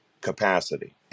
capacity